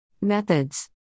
Methods